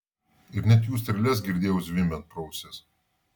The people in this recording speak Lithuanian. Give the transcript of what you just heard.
ir net jų strėles girdėjau zvimbiant pro ausis